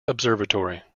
observatory